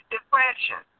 Depression